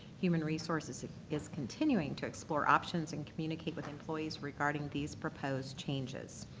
human resources is continuing to explore options and communicate with employees regarding these proposed changes.